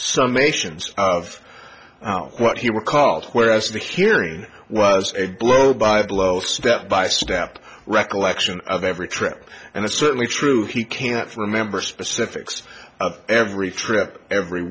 some nations of out what he were called whereas the hearing was a blow by blow of step by step recollection of every trip and it's certainly true he can't remember specifics of every trip every